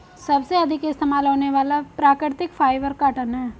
सबसे अधिक इस्तेमाल होने वाला प्राकृतिक फ़ाइबर कॉटन है